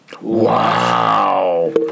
Wow